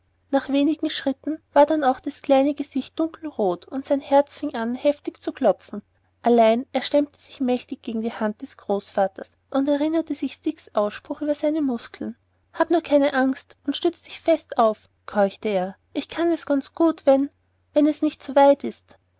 nach wenig schritten war denn auch das kleine gesicht dunkelrot und sein herz fing an heftig zu klopfen allein er stemmte sich mächtig gegen des großvaters hand und erinnerte sich dicks ausspruch über seine muskeln hab nur keine angst und stütze dich fest auf keuchte er ich kann es ganz gut wenn wenn es nicht zu weit ist